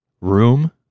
Room